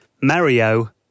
Mario